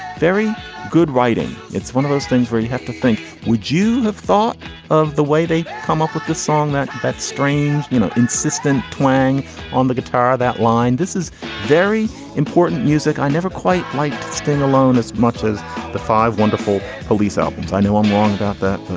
very good writing. it's one of those things where you have to think would you have thought of the way they come up with the song that that's strange you know insistent twang on the guitar that line. this is very important music. i never quite like standalone as much as the five wonderful police albums. i know i'm wrong about that.